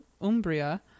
Umbria